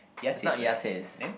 Yates right then